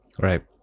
Right